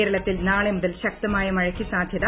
കേരളത്തിൽ നാളെ മുതൽ ശക്തമായ മഴയ്ക്ക് സാധൃത